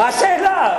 מה השאלה?